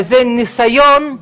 זה כמו ילד שנולד,